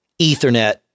Ethernet